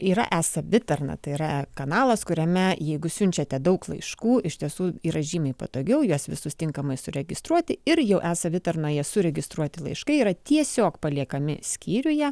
yra e savitarna tai yra kanalas kuriame jeigu siunčiate daug laiškų iš tiesų yra žymiai patogiau juos visus tinkamai suregistruoti ir jau e savitarnoje suregistruoti laiškai yra tiesiog paliekami skyriuje